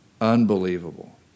unbelievable